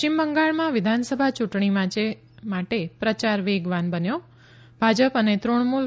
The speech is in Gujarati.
પશ્ચિમ બંગાળમાં વિધાનસભા યૂંટણી માટે પ્રચાર વેગવાન બ ન્યો ભાજપ અને તૃણમુલ